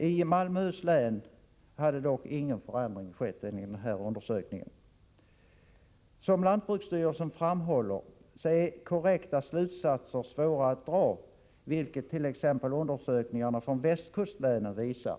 I Malmöhus län hade dock ingen förändring skett enligt denna undersökning. Som lantbruksstyrelsen framhåller är korrekta slutsatser svåra att dra, vilket t.ex. undersökningarna från västkustlänen visar.